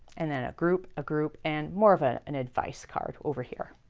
and then a group, a group, and more of ah an advice card over here.